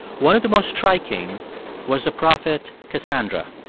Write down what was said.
one of the most striking was the prophet cassandra.